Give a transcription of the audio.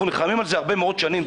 אנחנו נלחמים על זה הרבה מאוד שנים.